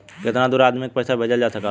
कितना दूर आदमी के पैसा भेजल जा सकला?